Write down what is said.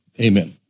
amen